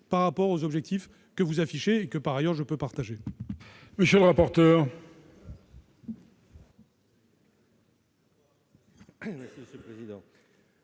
eu égard aux objectifs que vous affichez et que, par ailleurs, je peux partager.